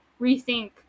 rethink